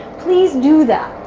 please do that.